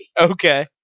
Okay